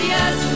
Yes